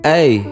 Hey